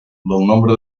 nombre